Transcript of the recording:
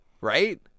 Right